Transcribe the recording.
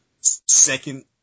second